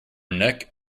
neck